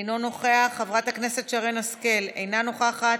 אינו נוכח, חברת הכנסת שרן השכל, אינה נוכחת,